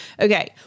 Okay